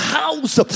house